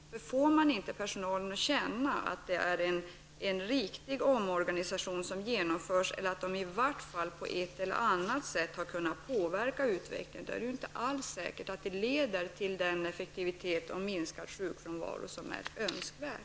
Får man inte personalen att känna att det är en riktig omorganisation som genomförs eller att de på ett eller annat sätt har kunnat påverka utvecklingen, är det inte alls säkert att omorganisationen leder till den högre effektivitet och mindre sjukfrånvaro som är önskvärd.